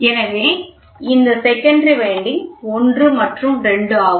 எனவே இது secondary winding 1 மற்றும் 2 ஆகும்